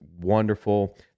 wonderful